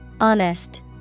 honest